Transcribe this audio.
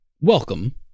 welcome